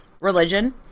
religion